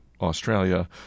Australia